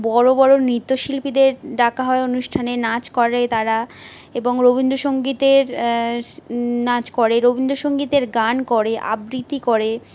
বড়ো বড়ো নৃত্যশিল্পীদের ডাকা হয় অনুষ্ঠানে নাচ করে তারা এবং রবীন্দ্র সংগীতের নাচ করে রবীন্দ্র সংগীতের গান করে আবৃতি করে